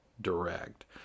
direct